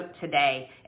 today